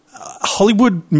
Hollywood